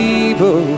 evil